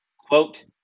quote